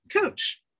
coach